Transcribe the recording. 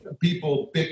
People